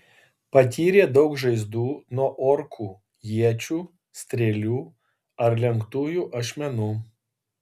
patyrė daug žaizdų nuo orkų iečių strėlių ar lenktųjų ašmenų